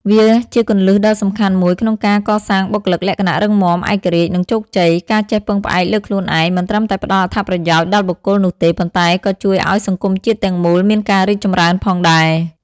វាជាគន្លឹះដ៏សំខាន់មួយក្នុងការកសាងបុគ្គលិកលក្ខណៈរឹងមាំ ឯករាជ្យ និងជោគជ័យ។ ការចេះពឹងផ្អែកលើខ្លួនឯង មិនត្រឹមតែផ្ដល់អត្ថប្រយោជន៍ដល់បុគ្គលនោះទេ ប៉ុន្តែក៏ជួយឲ្យសង្គមជាតិទាំងមូលមានការរីកចម្រើនផងដែរ។